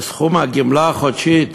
וסכום הגמלה החודשית